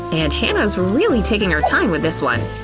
and hannah's really taking her time with this one.